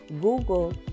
Google